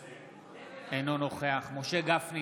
אינו נוכח משה גפני,